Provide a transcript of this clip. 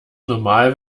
normal